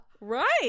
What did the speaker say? right